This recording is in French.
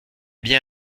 bien